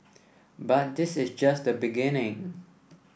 but this is just the beginning